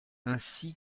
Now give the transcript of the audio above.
ainsi